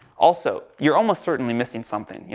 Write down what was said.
also, you're almost certainly missing something.